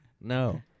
No